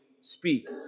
speak